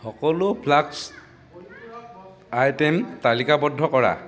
সকলো flask item তালিকাবদ্ধ কৰা